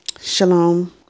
Shalom